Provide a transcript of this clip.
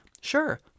sure